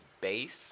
base